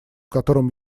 котором